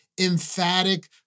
emphatic